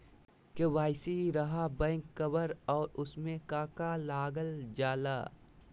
KYC रहा back cover और उसमें का का लागल जाला?